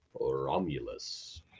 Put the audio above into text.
Romulus